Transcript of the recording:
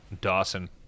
Dawson